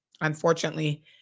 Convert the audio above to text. unfortunately